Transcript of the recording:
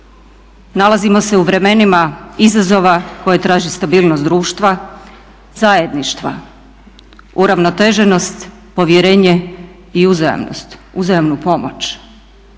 Nalazimo se u vremenima izazova koje traži stabilnost društva, zajedništva, uravnoteženost, povjerenje i uzajamnost, uzajamnu pomoć.